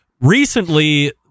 Recently